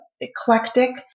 eclectic